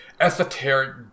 esoteric